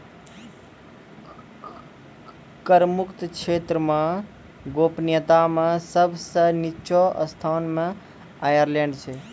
कर मुक्त क्षेत्र मे गोपनीयता मे सब सं निच्चो स्थान मे आयरलैंड छै